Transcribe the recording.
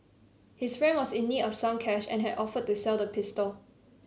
his friend was in need of some cash and had offered to sell the pistol